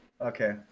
Okay